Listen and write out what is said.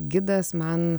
gidas man